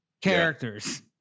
characters